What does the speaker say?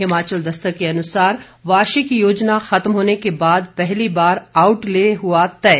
हिमाचल दस्तक के अनुसार वार्षिक योजना खत्म होने के बाद पहली बार आउटले हुआ तय